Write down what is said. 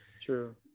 true